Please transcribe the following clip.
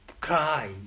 cry